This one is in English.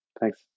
Thanks